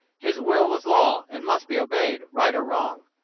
his will was law, and must be obeyed, right or wrong.